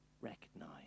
recognize